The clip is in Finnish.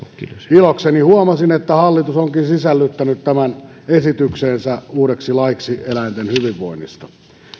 ilokseni huomasin että hallitus onkin sisällyttänyt tämän esitykseensä uudeksi laiksi eläinten hyvinvoinnista